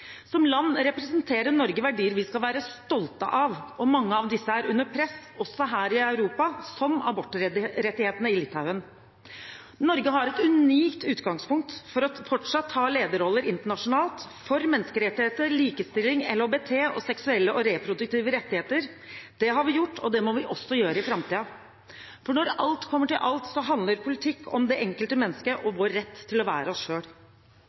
Som land representerer Norge verdier vi skal være stolte av. Mange av disse er under press, også her i Europa, som abortrettighetene i Litauen. Norge har et unikt utgangspunkt for fortsatt å ta lederroller internasjonalt for menneskerettigheter, likestilling, LHBT og seksuelle og reproduktive rettigheter. Det har vi gjort, og det må vi også gjøre i framtiden. For når alt kommer til alt, handler politikk om det enkelte menneske og vår rett til å være oss